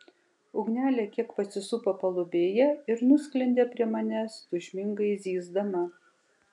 ugnelė kiek pasisupo palubėje ir nusklendė prie manęs tūžmingai zyzdama